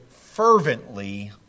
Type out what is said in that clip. fervently